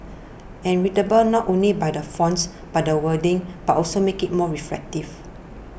and readable not only by the fonts by the wordings but also make it more reflective